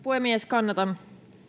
puhemies kannatan